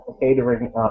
catering